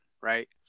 right